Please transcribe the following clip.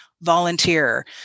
volunteer